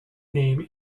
name